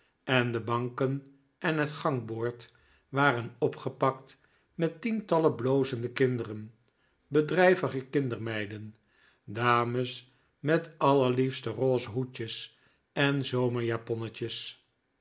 en de banken en het gangboord waren opgepakt met tientallen blozende kinderen bedrijvige kindermeiden dames met allerliefste rose hoedjes en